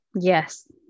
Yes